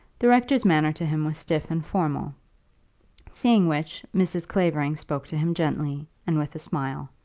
the rector's manner to him was stiff and formal seeing which mrs. clavering spoke to him gently, and with a smile.